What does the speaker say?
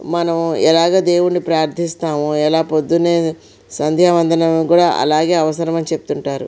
మనం ఎలాగ దేవుణ్ణి ప్రార్థిస్తామో ఎలా పొద్దున్నే సంధ్యావందనం కూడా అలాగే అవసరమని చెప్తుంటారు